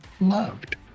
loved